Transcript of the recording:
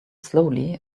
slowly